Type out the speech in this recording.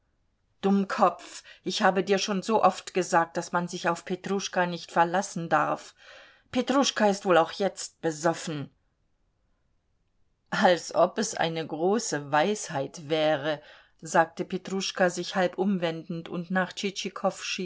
dummkopf ich habe dir schon so oft gesagt daß man sich auf petruschka nicht verlassen darf petruschka ist wohl auch jetzt besoffen als ob es eine große weisheit wäre sagte petruschka sich halb umwendend und nach